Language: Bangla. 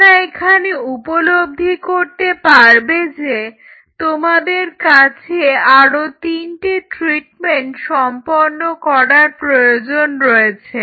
তোমরা এখানে উপলব্ধি করতে পারবে যে তোমাদের আরো তিনটে ট্রিটমেন্ট সম্পন্ন করার প্রয়োজন রয়েছে